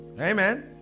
Amen